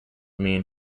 mean